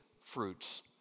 fruits